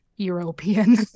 European